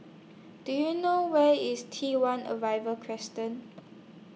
Do YOU know Where IS T one Arrival Crescent